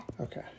Okay